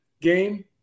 game